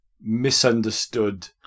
misunderstood